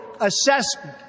assessment